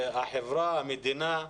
החברה, המדינה,